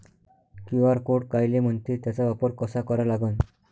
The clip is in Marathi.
क्यू.आर कोड कायले म्हनते, त्याचा वापर कसा करा लागन?